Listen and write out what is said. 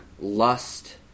lust